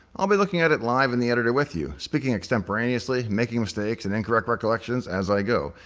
i'll be looking at it live in the editor with you, speaking extemporaneously, making mistakes and incorrect recollections as i go,